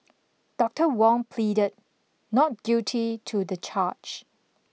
Doctor Wong pleaded not guilty to the charge